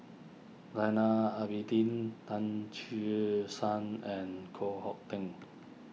lana Abidin Tan Che Sang and Koh Hong Teng